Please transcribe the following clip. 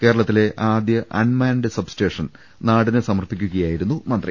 കേരളത്തിലെ ആദ്യ unmanned substation നാടിന് സമർപ്പിക്കുകയായിരുന്നു മന്ത്രി